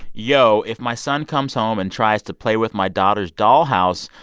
yo, if my son comes home and tries to play with my daughter's dollhouse,